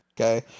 Okay